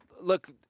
look